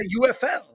UFL